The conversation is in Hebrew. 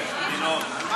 נו, יאללה.